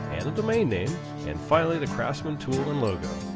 and the domain name and finally the craftsman tools and logo.